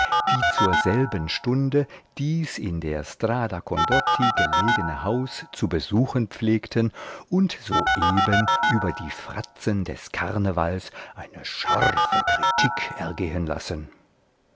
die zur selben stunde dies in der strada condotti gelegene haus zu besuchen pflegten und soeben über die fratzen des karnevals eine scharfe kritik ergehen lassen